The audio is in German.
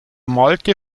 malte